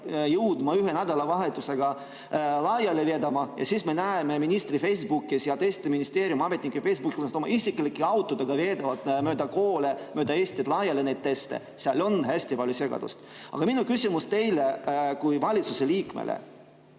jõudma ühe nädalavahetusega laiali vedada. Ja siis me näeme ministri Facebookis ja teiste ministeeriumi ametnike Facebookis, et nad oma isiklike autodega veavad mööda Eestit koolidesse laiali neid teste. Seal on hästi palju segadust. Aga minu küsimus teile kui valitsusliikmele: